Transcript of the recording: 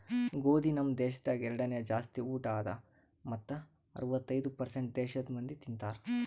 ಗೋದಿ ನಮ್ ದೇಶದಾಗ್ ಎರಡನೇ ಜಾಸ್ತಿ ಊಟ ಅದಾ ಮತ್ತ ಅರ್ವತ್ತೈದು ಪರ್ಸೇಂಟ್ ದೇಶದ್ ಮಂದಿ ತಿಂತಾರ್